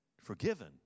forgiven